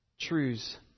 truths